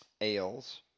ales